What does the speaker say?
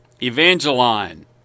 Evangeline